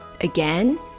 Again